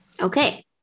Okay